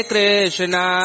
Krishna